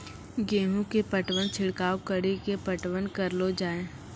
गेहूँ के पटवन छिड़काव कड़ी के पटवन करलो जाय?